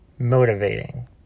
Motivating